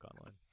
online